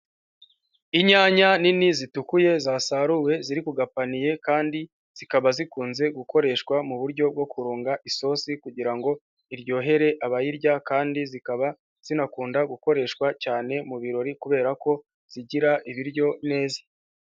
Inyanya nini zitukuye zasaruwe ziri ku gapaniye, kandi zikaba zikunze gukoreshwa mu buryo bwo kurunga isosi, kugira ngo iryohere abayirya, kandi zikaba zinakunda gukoreshwa cyane mu birori kubera ko zigira ibiryo neza.